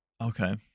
Okay